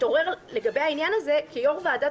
התעורר לגבי העניין הזה כיו"ר ועדת